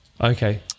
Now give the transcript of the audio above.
Okay